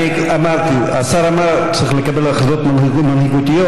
השר אמר שצריך לקבל החלטות מנהיגותיות.